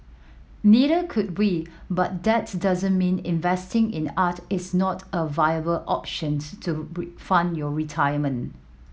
neither could we but that doesn't mean investing in art is not a viable option to fund your retirement